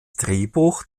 drehbuch